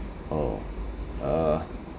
orh uh